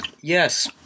Yes